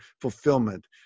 fulfillment